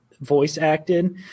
voice-acted